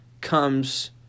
comes